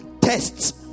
tests